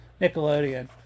Nickelodeon